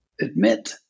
admit